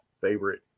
favorite